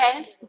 Okay